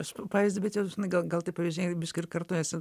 aš pavyzdį bet jau žinai gal gal tie pavyzdžiai biški ir kartojasi